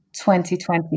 2020